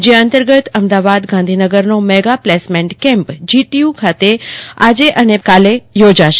જે અંતર્ગત અમદાવાદ ગાંધીનગરનો મેગા પ્લેસમેન્ટ કેમ્પ જીટીયુ ખાતે આજે અને કાલે યોજાશે